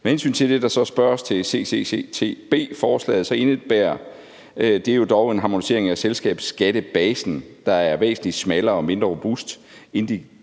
til CCCTB-forslaget, der spørges til, så indebærer det dog en harmonisering af selskabsskattebasen, der er væsentlig smallere og mindre robust end de